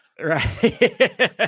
Right